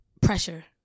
pressure